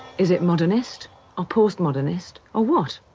is it modernist or postmodernist or what?